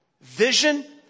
Vision